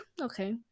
okay